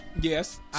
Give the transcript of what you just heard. Yes